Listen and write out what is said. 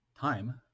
time